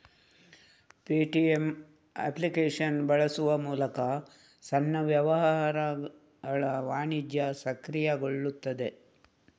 Paytm application ಬಳಸುವ ಮೂಲಕ ಸಣ್ಣ ವ್ಯವಹಾರಗಳ ವಾಣಿಜ್ಯ ಸಕ್ರಿಯಗೊಳ್ಳುತ್ತದೆ